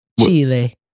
Chile